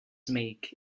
make